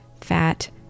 fat